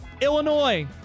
Illinois